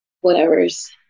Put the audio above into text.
whatever's